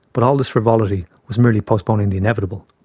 but all this frivolity was merely postponing the inevitable.